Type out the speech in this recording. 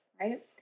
right